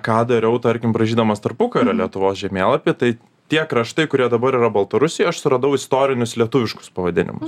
ką dariau tarkim braižydamas tarpukario lietuvos žemėlapį tai tie kraštai kurie dabar yra baltarusijoj aš suradau istorinius lietuviškus pavadinimus